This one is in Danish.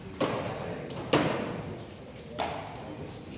Tak